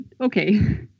okay